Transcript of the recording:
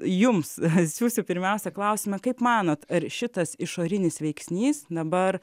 jums atsiųsiu pirmiausia klausimą kaip manot ar šitas išorinis veiksnys dabar